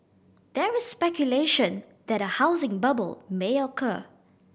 there is speculation that a housing bubble may occur